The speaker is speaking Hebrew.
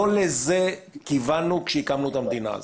לא לזה כיוונו כשהקמנו את המדינה הזאת.